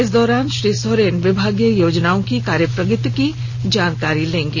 इस दौरान श्री सोरेन विभागीय योजनाओं की कार्य प्रगति की जानकारी लेंगे